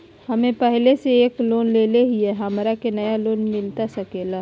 हमे पहले से एक लोन लेले हियई, हमरा के नया लोन मिलता सकले हई?